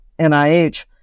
NIH